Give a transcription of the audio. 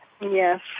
Yes